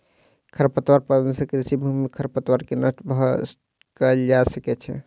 खरपतवार प्रबंधन सँ कृषि भूमि में खरपतवार नष्ट कएल जा सकै छै